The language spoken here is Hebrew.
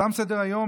תם סדר-היום,